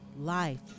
life